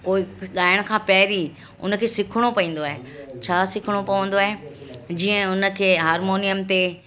उहो गायण खां पहिरीं उनखे सिखिणो पवंदो आहे छा सिखिणो पवंदो आहे जीअं उनखे हारमोनियम ते